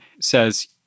says